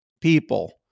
people